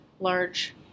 Large